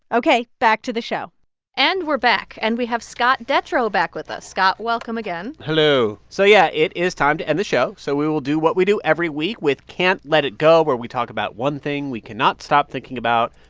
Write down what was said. ok, back to the show and we're back. and we have scott detrow back with us. scott, welcome again hello. so yeah, it is time to end the show. so we will do what we do every week with can't let it go, where we talk about one thing we cannot stop thinking about,